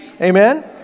Amen